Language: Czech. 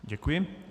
Děkuji.